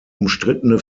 umstrittene